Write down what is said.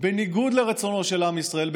בניגוד לרצונו של עם ישראל,